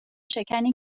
شکنی